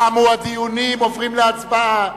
תמו הדיונים, עוברים להצבעה.